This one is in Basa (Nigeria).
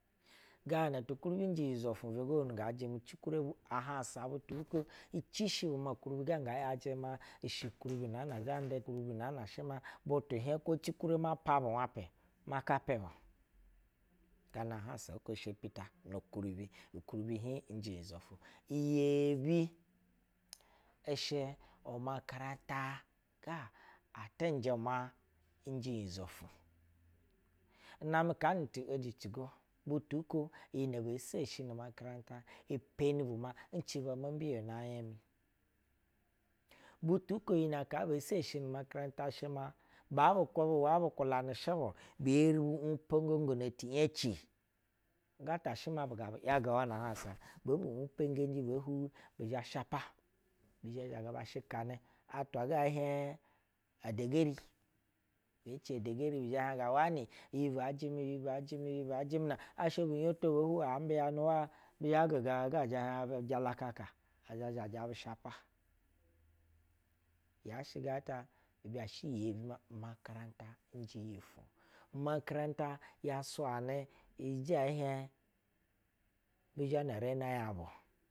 Ganati kuribi njɛ nyizo tu bɛ go nu nga jɛmɛ kuribi, ahango butu bu ko icishi ma ukuribi ga nga ‘yajɛ ma ishɛ ukuribi naa na zhɛ nda kuribi naa na shɛ ma butu hiɛŋ kwocikure ma pa atwa oko ci ta ukuribi ukuribi hiŋ njɛ nyizo fu. Iyebi! Ishɛ umakara ga atanjɛ ma ɛnjɛ nyizofu. Namɛ kaa ne tieli tu ko, butu ko iyi nɛ be seshi nu makaranta ipeni buy a in ciba mo mbiyono anya mi. Butu ko iyi nɛ kaa be seshi nu maranta ba rɛcɛ uwa by kulanɛshɛ bu, bi eri bu umpongngo ne ti ‘yeci gatashɛ wa buya bu’yagawa na hauwa. Be bu umpengeji be huwi, bi zhɛ shapa bizhɛ ba zha bas shikana atwa ga ɛhiɛŋ edegeri eci edegeri zhɛ hiɛŋ ga wani iyi ba jɛmɛ baa jɛmɛ, iyi boo jɛmɛ, iyi baa jɛmɛ asha bu’ yoto be huwi ambiyanɛ hwai bi zhɛ-agaga ɛzhɛ hiɛŋ abu jalakaka. ɛzhɛ a zhajɛ abu shapa ya shɛ gata izhɛ sha iyi mua nu makarata tu huwo. Umakaranta ya swanɛ ijɛ ɛhiɛŋ bi zhɛ na yena yabu